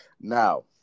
Now